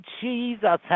Jesus